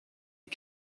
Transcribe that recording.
est